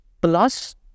Plus